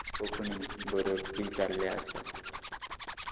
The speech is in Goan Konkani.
कोंकणी बरोवपी जाल्ले आसा